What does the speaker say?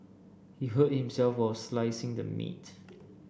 he hurt himself while slicing the meat